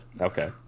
Okay